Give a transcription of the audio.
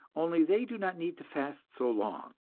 only they do not need to fast so long.